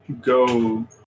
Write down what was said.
go